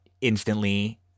instantly